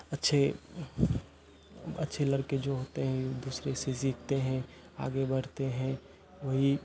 अच्छे अच्छे लड़के जो होते हैं दूसरे से जीतते हैं आगे बढ़ते हैं वही